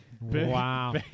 Wow